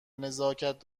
نزاکت